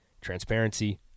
transparency